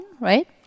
right